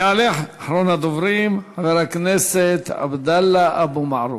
יעלה אחרון הדוברים, חבר הכנסת עבדאללה אבו מערוף.